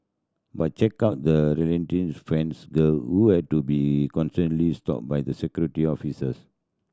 but check out the relent friends girl who had to be constantly stopped by the Security Officers